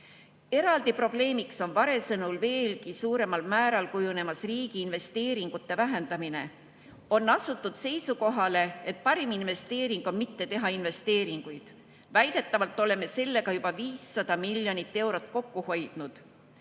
Eraldi probleemiks on Vare sõnul veelgi suuremal määral kujunemas riigi investeeringute vähendamine. On asutud seisukohale, et parim investeering on mitte teha investeeringuid. Väidetavalt oleme sellega juba 500 miljonit eurot kokku hoidnud.